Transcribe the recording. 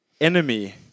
Enemy